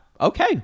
okay